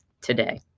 today